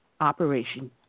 Operation